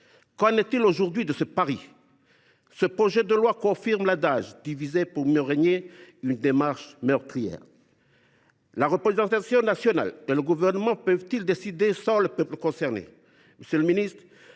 Qu’en est il aujourd’hui de ce pari ? Ce projet de loi confirme l’adage « diviser pour mieux régner ». C’est une démarche meurtrière. La représentation nationale et le Gouvernement peuvent ils décider sans le peuple concerné ?